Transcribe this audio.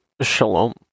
Shalom